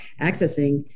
accessing